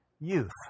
youth